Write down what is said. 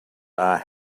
are